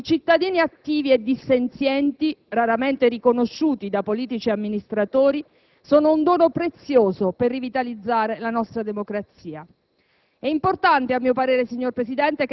dirla con Paul Ginsborg, i cittadini attivi e dissenzienti, raramente riconosciuti da politici e amministratori, sono un dono prezioso per rivitalizzare la nostra democrazia.